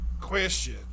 question